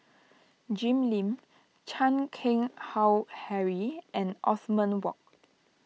Jim Lim Chan Keng Howe Harry and Othman Wok